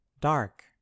dark